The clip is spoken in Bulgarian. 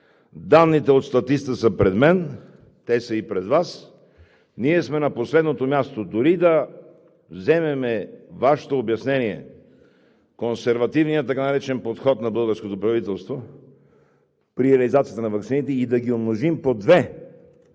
Данните от статистиката са пред мен, те са и пред Вас. Ние сме на последното място. Дори и да вземем Вашето обяснение – така наречения консервативен подход на българското правителство при реализацията на ваксините, и да ги умножим по две, тъй